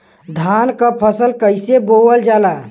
धान क फसल कईसे बोवल जाला?